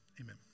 amen